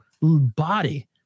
body